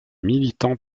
militants